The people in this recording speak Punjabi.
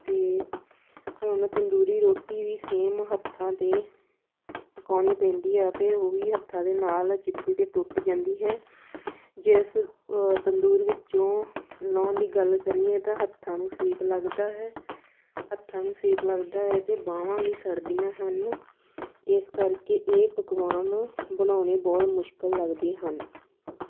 ਅਤੇ ਹੁਣ ਤੰਦੂਰੀ ਰੋਟੀ ਵੀ ਸੇਮ ਹੱਥਾਂ 'ਤੇ ਪਕਾਉਣੀ ਪੈਂਦੀ ਆ ਅਤੇ ਉਹ ਵੀ ਹੱਥਾਂ ਦੇ ਨਾਲ ਚਿਪਕ ਕੇ ਟੁੱਟ ਜਾਂਦੀ ਹੈ ਜਿਸ ਤੰਦੂਰ ਵਿੱਚੋਂ ਲਾਹੁਣ ਦੀ ਗੱਲ ਕਰੀਏ ਤਾਂ ਹੱਥਾਂ ਨੂੰ ਸੇਕ ਲੱਗਦਾ ਹੈ ਹੱਥਾਂ ਨੂੰ ਸੇਕ ਲੱਗਦਾ ਹੈ ਅਤੇ ਬਾਹਵਾਂ ਵੀ ਸੜਦੀਆਂ ਹਨ ਇਸ ਕਰਕੇ ਇਹ ਪਕਵਾਨ ਬਣਾਉਣੇ ਬਹੁਤ ਮੁਸ਼ਕਿਲ ਲੱਗਦੇ ਹਨ